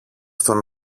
στον